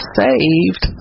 saved